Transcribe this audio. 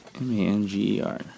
M-A-N-G-E-R